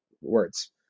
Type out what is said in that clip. words